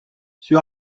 sur